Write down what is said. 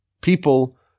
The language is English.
people